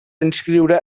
inscriure